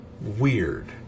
weird